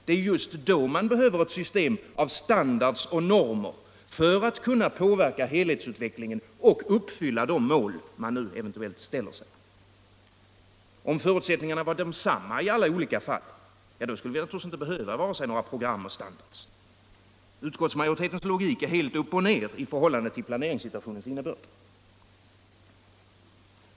Det är just då man behöver ett system av standarder och normer för att kunna påverka helhetsutvecklingen och uppfylla de mål man eventuellt uppställer för sig. Om förutsättningarna var desamma i olika fall — ja, då skulle vi naturligtvis inte behöva program och standarder. Utskottsmajoritetens logik är helt upp och ned i förhållande till plane ringssituationens innebörd.